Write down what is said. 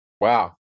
Wow